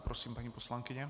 Prosím paní poslankyně.